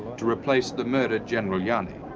to replace the murdered general yeah and